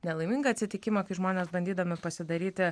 nelaimingą atsitikimą kai žmonės bandydami pasidaryti